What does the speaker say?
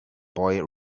boy